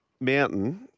Mountain